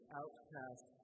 outcast